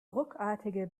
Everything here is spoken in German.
ruckartige